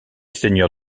seigneur